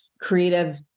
creative